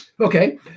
Okay